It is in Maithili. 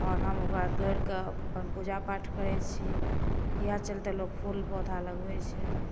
आओर हम ओकरा तोड़िकऽ पूजापाठ करै छी इएह चलिते लोक फूल पौधा लगबैत छथि